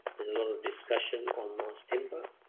there's a lot of discussion on mass timber.